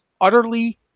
utterly